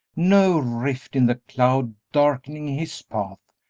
no rift in the cloud darkening his path,